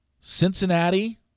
Cincinnati